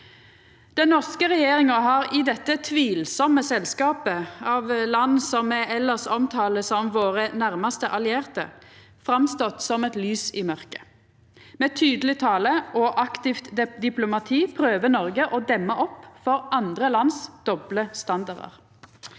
Den norske regjeringa har i dette tvilsame selskapet av land som me elles omtalar som våre nærmaste allierte, framstått som eit lys i mørket. Med tydeleg tale og aktivt diplomati prøver Noreg å demma opp for andre lands doble standardar.